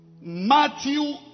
Matthew